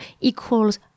equals